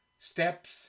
Steps